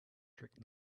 trick